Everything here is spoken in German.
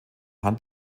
hand